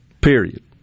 Period